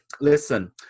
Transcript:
listen